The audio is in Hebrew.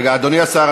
רגע, אדוני השר.